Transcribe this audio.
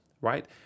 right